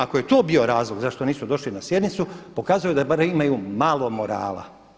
Ako je to bio razlog zašto nisu došli na sjednicu pokazuje da barem imaju malo morala.